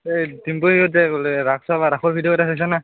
এই ডিম্পুৱে ক'লে ৰাস চাবা ৰাসৰ ভিডিঅ'কেইটা চাইছ' নে